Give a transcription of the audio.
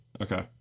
Okay